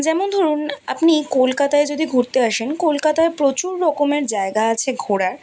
যেমন ধরুন আপনি কলকাতায় যদি ঘুরতে আসেন কলকাতায় প্রচুর রকমের জায়গা আছে ঘোরার